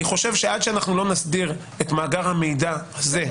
אני חושב שעד שלא נסדיר את מאגר המידע הזה,